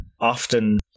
often